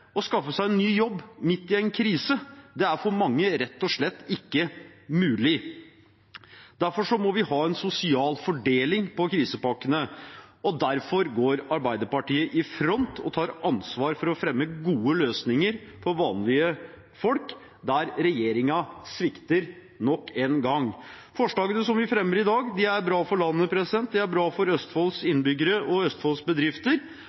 Å skaffe seg en ny jobb midt i en krise er for mange rett og slett ikke mulig. Derfor må vi ha en sosial fordeling av krisepakkene, og derfor går Arbeiderpartiet i front og tar ansvar for å fremme gode løsninger for vanlige folk der regjeringen svikter nok en gang. Forslagene vi fremmer i dag, er bra for landet, de er bra for Østfolds innbyggere og Østfolds bedrifter.